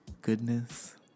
goodness